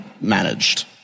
managed